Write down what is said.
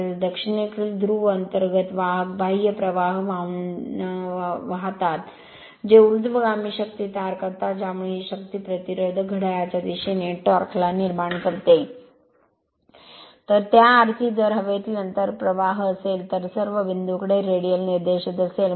तसेच दक्षिणेकडील ध्रुव अंतर्गत वाहक बाह्य प्रवाह वाहून वाहतात जे ऊर्ध्वगामी शक्ती तयार करतात ज्यामुळे ही शक्ती प्रतिरोधक घड्याळाच्या दिशेने टॉर्क ला निर्माण करते तर त्याअर्थी जर हवेतील अंतर प्रवाह असेल तर सर्व बिंदूंकडे रेडियल निर्देशित असेल